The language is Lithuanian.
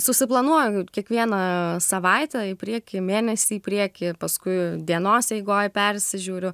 susiplanuoju kiekvieną savaitę į priekį mėnesį į priekį paskui dienos eigoj persižiūriu